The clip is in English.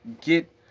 get